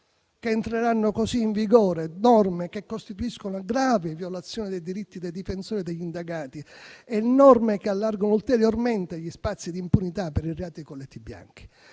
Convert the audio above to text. che entreranno così in vigore norme che costituiscono gravi violazioni dei diritti dei difensori degli indagati e che allargano ulteriormente gli spazi di impunità per i reati dei colletti bianchi.